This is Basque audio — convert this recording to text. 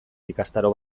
ikastaro